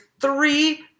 three